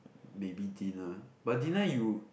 maybe dinner but dinner you